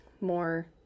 more